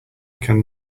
can